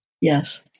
Yes